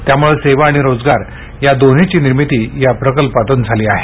त्यामुळे सेवा आणि रोजगार या दोन्हीची निर्मिती या प्रकल्पातून झाली आहे